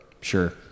Sure